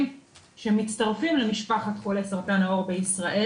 שמצטרפים למשפחת חולי סרטן העור בישראל.